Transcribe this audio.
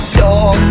dog